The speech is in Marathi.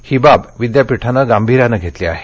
ही बाब विद्यापीठानं गांभीर्यानं घेतली आहे